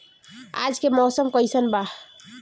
आज के मौसम कइसन बा?